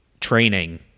training